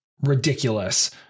ridiculous